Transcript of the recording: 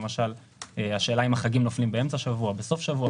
למשל השאלה אם החגים חלים באמצע השבוע או בסוף השבוע,